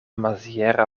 maziera